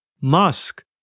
Musk